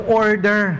order